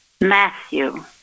Matthew